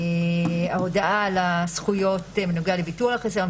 ההודעה על הזכויות בנוגע לביטול החיסיון,